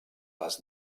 les